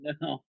No